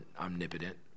omnipotent